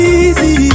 easy